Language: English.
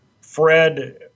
Fred